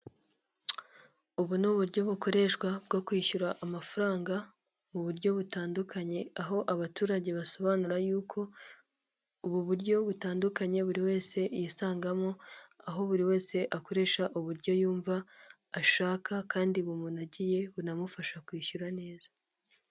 Ubu ni uburyo bukoreshwa bwo kwishyura amafaranga mu buryo butandukanye, aho abaturage basobanura yuko ubu buryo butandukanye buri wese yisangamo. Aho buri wese akoresha uburyo yumva ashaka kandi bumunogeye bunamufasha kwishyura neza.